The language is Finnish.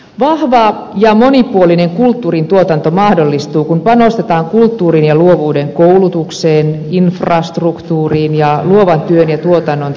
vahva ja monipuolinen kulttuurintuotanto mahdollistuu kun panostetaan kulttuurin ja luovuuden koulutukseen infrastruktuuriin ja luovan työn ja tuotannon tukemiseen